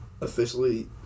Officially